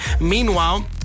Meanwhile